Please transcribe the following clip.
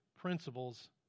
principles